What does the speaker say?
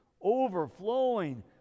overflowing